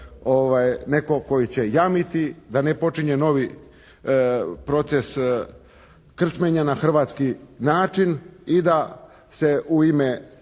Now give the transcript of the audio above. netko koji će jamiti da ne počinje novi proces krčmenja na hrvatski način i da se u ime